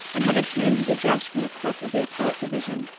and had obtained his address from the clerk of the appellate division.